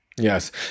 yes